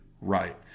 right